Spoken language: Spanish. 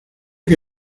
que